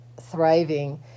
thriving